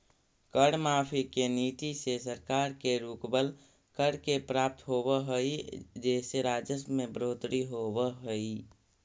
कर माफी के नीति से सरकार के रुकवल, कर के प्राप्त होवऽ हई जेसे राजस्व में बढ़ोतरी होवऽ हई